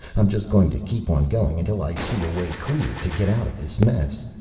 i'm just going to keep on going until i see a way clear to get out of this mess.